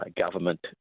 Government